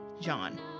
John